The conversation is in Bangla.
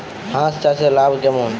হাঁস চাষে লাভ কেমন?